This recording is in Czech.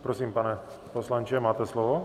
Prosím, pane poslanče, máte slovo.